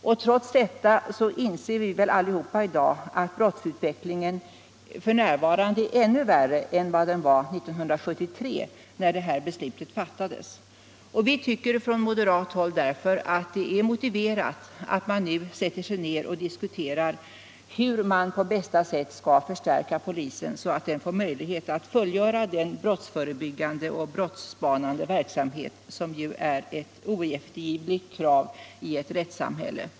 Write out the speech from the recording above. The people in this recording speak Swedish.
Och trots detta inser vi väl allihop i dag att brottsutvecklingen f.n. är ännu värre än den var 1973, när de här besluten fattades. Vi tycker på moderat håll därför att det är motiverat att man nu sätter sig ner och diskuterar hur man på bästa sätt skall förstärka polisen, så att den får möjlighet att fullgöra en tillfredsställande brottsförebyggande och brottsspanande verksamhet som ju är ett oeftergivligt krav i ett rättssamhälle.